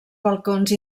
balcons